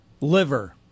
Liver